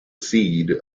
seed